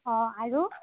অঁ আৰু